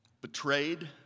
betrayed